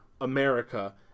America